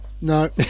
no